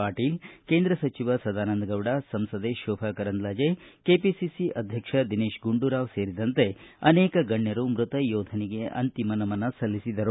ಪಾಟೀಲ ಕೇಂದ್ರ ಸಚಿವ ಸದಾನಂದಗೌಡ ಸಂಸದೆ ಶೋಭಾ ಕರಂಬ್ಲಾಜೆ ಕೆಪಿಸಿಸಿ ಅಧ್ಯಕ್ಷ ದಿನೇಶ್ ಗುಂಡೂರಾವ್ ಸೇರಿದಂತೆ ಅನೇಕ ಗಣ್ಣರು ಮೃತ ಯೋಧನಿಗೆ ಅಂತಿಮ ನಮನ ಸಲ್ಲಿಸಿದರು